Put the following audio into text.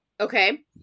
Okay